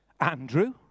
Andrew